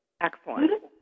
Excellent